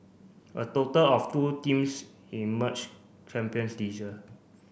a total of two teams emerged champions this year